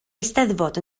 eisteddfod